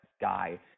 guy